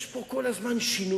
יש פה כל הזמן שינויים,